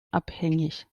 abhängig